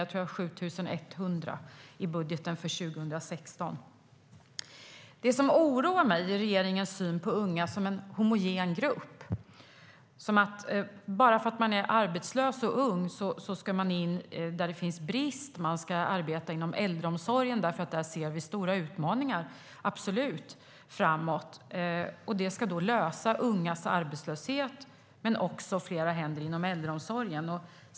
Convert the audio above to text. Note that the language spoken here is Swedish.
Jag har tittat i budgeten för 2016. Det som oroar mig är regeringens syn på unga som en homogen grupp - bara för att man är arbetslös och ung ska man sättas in där det råder brist på arbetskraft. Man ska arbeta inom äldreomsorgen eftersom det där finns stora utmaningar framåt. Det ska vara en lösning på ungas arbetslöshet och ge fler händer inom äldreomsorgen.